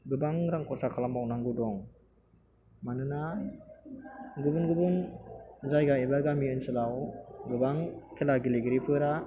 गोबां रां खरसा खालामबावनांगौ दं मानोना गुबुन गुबुन जायगा एबा गामि ओनसोलाव गोबां खेला गेलेगिरिफोरा